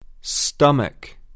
Stomach